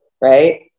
right